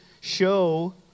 show